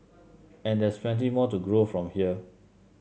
and there's plenty more to grow from here